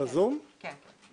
האמת שאין לנו מה להגיד.